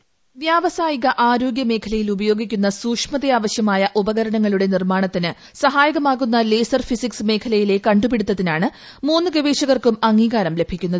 voice വ്യാവസായി ആരോഗ്യ മേഖലയിൽ ഉപയോഗിക്കുന്ന സൂഷ്മത ആവശ്യമായ ഉപകരണങ്ങളുടെ നിർമാണത്തിന് സഹായകമാകുന്ന ലേസർ ഫിസിക്സ് മേഖലയിലെ കണ്ടുപിടിത്തത്തിനാണ് മൂന്ന് ഗവേഷകർക്കും അംഗീകാരം ലഭിക്കുന്നത്